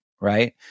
right